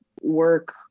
work